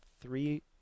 three